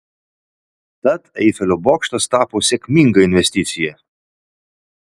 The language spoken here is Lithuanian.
tad eifelio bokštas tapo sėkminga investicija